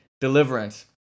deliverance